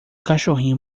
cachorrinho